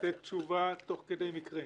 לתת תשובה תוך כדי מקרה.